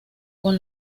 con